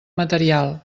material